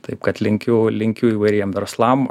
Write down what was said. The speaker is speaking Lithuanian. taip kad linkiu linkiu įvairiem verslam